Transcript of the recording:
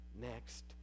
Next